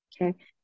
okay